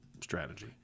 strategy